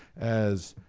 as,